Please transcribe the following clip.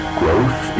growth